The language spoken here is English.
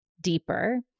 deeper